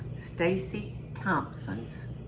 stacy thompson's